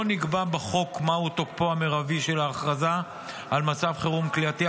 לא נקבע בחוק מהו תוקפה המרבי של ההכרזה על מצב חירום כליאתי,